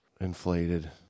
inflated